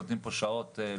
שנותנים פה שעות רבות,